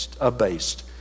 abased